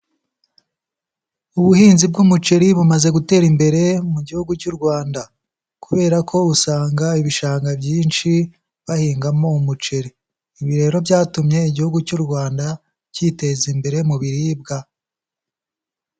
ubuhinzi bw'umuceri bumaze gutera imbere mu Gihugu cy'u Rwanda. Kubera ko usanga ibishanga byinshi bahingamo umuceri. Ibi rero byatumye Igihugu cy'u Rwanda cyiteza imbere mu biribwa.